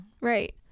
right